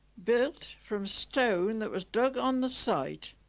built from stone that was dug on the site.